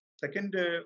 second